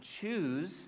choose